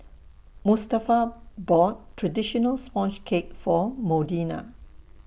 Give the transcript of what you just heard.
Mustafa bought Traditional Sponge Cake For Modena